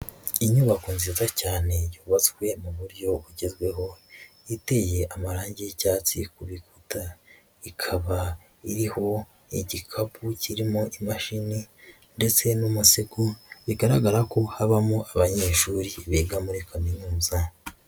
Inyubako nziza cyane yubatswe mu buryo bugezweho iteye amarange y'icyatsi ku bikuta, ikaba iriho igikapu kirimo imashini ndetse n'umusego, bigaragara ko habamo abanyeshuri biga muri kaminuza.